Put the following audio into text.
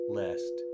lest